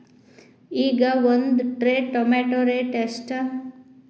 ಈಗ ಒಂದ್ tray tomato rate ಎಷ್ಟ?